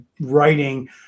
writing